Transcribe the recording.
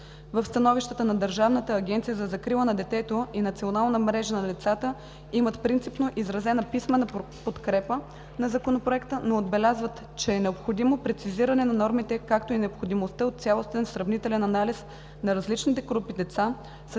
В становищата на Държавна агенция за закрила на детето и Национална мрежа на децата имат принципно изразена писмена подкрепа на Законопроекта, но отбелязват, че е необходимо прецизиране на нормите, както и необходимостта от цялостен сравнителен анализ на различните групи деца,